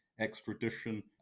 extradition